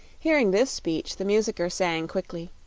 hearing this speech the musicker sang, quickly